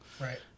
right